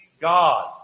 God